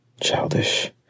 Childish